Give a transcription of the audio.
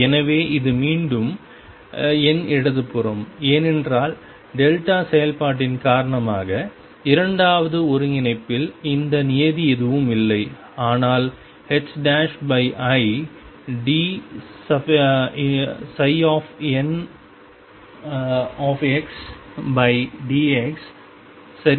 எனவே இது மீண்டும் என் இடது புறம் ஏனென்றால் டெல்டா செயல்பாட்டின் காரணமாக இரண்டாவது ஒருங்கிணைப்பில் இந்த நியதி எதுவும் இல்லை ஆனால் idndx சரி